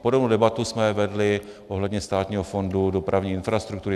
Podobnou debatu jsme vedli ohledně Státního fondu dopravní infrastruktury.